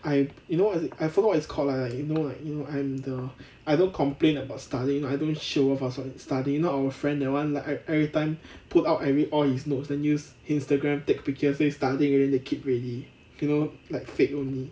I you know what is it I forgot what it's called lah you know like you know I'm the I don't complain about studying [one] I don't show off about studying not like our friend that [one] like everytime put out every all his notes the use Instagram take picture say studying already then keep already you know like fake only